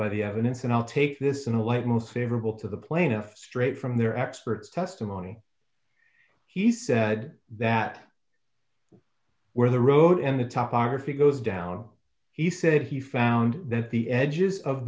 by the evidence and i'll take this in a light most favorable to the plaintiff straight from their expert testimony he said that where the road and the top are to goes down he said he found that the edges of